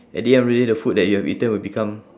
at the end of the day the food that you have eaten will become